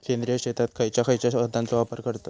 सेंद्रिय शेतात खयच्या खयच्या खतांचो वापर करतत?